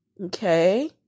okay